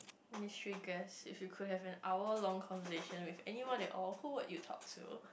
miss three girls if you could have an hour long conversation with anyone at all who would you talk to